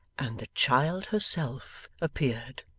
and the child herself appeared.